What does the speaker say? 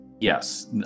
Yes